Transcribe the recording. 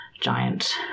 giant